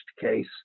case